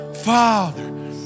Father